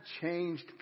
changed